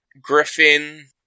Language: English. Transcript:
Griffin